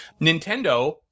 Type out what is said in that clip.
Nintendo